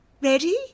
Ready